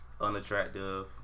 Unattractive